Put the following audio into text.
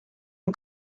una